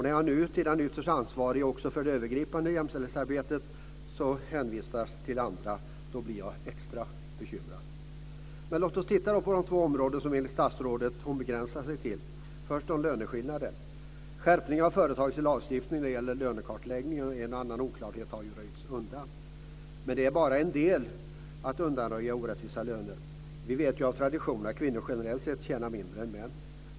När nu också den ytterst ansvarige för det övergripande jämställdhetsarbetet hänvisar till andra blir jag extra bekymrad. Låt oss titta på de två områden som statsrådet begränsar sig till. Först gäller det löneskillnaderna. Skärpningar har företagits i lagstiftningen när det gäller lönekartläggning, och en och annan oklarhet har röjts undan. Men att undanröja orättvisa löner är bara en del. Av tradition tjänar ju kvinnor mindre än män.